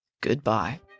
goodbye